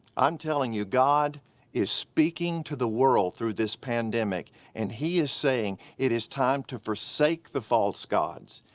i'm telling you, god is speaking to the world through this pandemic, and he is saying it is time to forsake the false gods.